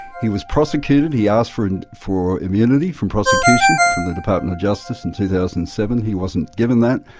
he was prosecuted, he asked for and for immunity from prosecution, from the department of justice, in two thousand and seven. he wasn't given that,